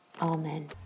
Amen